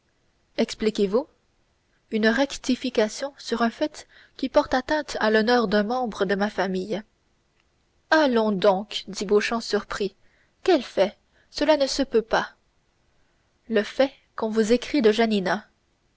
expliquez-vous une rectification sur un fait qui porte atteinte à l'honneur d'un membre de ma famille allons donc dit beauchamp surpris quel fait cela ne se peut pas le fait qu'on vous a écrit de